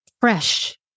fresh